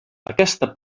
aquesta